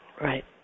Right